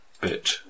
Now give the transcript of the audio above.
bit